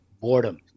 boredom